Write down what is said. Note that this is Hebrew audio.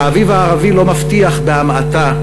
האביב הערבי לא מבטיח, בהמעטה,